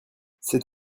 c’est